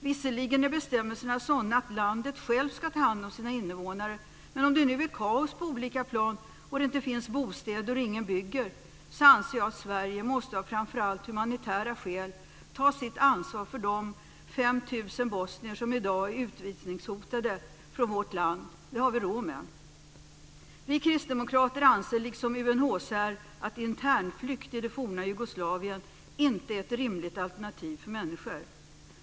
Visserligen är bestämmelserna sådana att landet självt ska ta hand om sina innevånare, men om det nu är kaos på olika plan, det inte finns bostäder och ingen bygger anser jag att Sverige av framför allt humanitära skäl måste ta sitt ansvar för de 5 000 bosnier som i dag är utvisningshotade från vårt land. Det har vi råd med. Vi kristdemokrater anser liksom UNHCR att internflykt i det forna Jugoslavien inte är ett rimligt alternativ för människor.